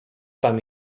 tam